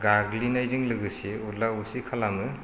गाग्लिनायजों लोगोसे उरला उरसि खालामो